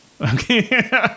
Okay